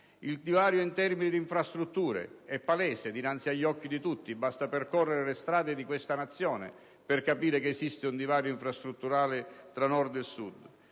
Il divario in termini di infrastrutture è palese, è dinanzi agli occhi di tutti, basta percorrere le strade di questa Nazione per capire che esiste un divario infrastrutturale tra Nord e Sud.